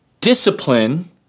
Discipline